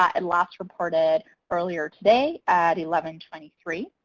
ah and last reported earlier today at eleven twenty three.